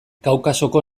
kaukasoko